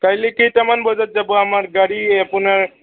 কাইলৈ কেইটামান বজাত যাব আমাৰ গাড়ী আপোনাৰ